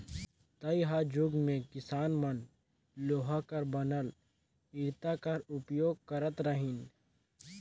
तइहाजुग मे किसान मन लोहा कर बनल इरता कर उपियोग करत रहिन